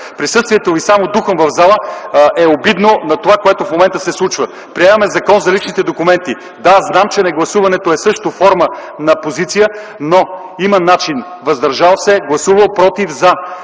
Присъствието ви само духом в залата е обидно – това, което в момента се случва. Приемаме закон за личните документи. Да, знам, че негласуването също е форма на позиция, но има начин – „въздържал се”, гласувал „против” или